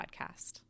podcast